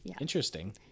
interesting